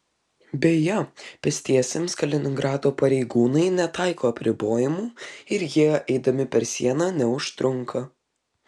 beje pėstiesiems kaliningrado pareigūnai netaiko apribojimų ir jie eidami per sieną neužtrunka